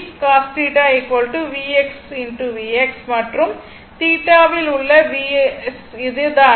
v x மற்றும் θ இல் உள்ள Vs இது தான்